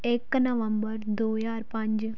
ਇੱਕ ਨਵੰਬਰ ਦੋ ਹਜ਼ਾਰ ਪੰਜ